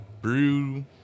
brew